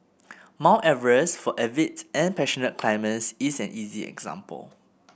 Mount Everest for avid and passionate climbers is an easy example